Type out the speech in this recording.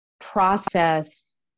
process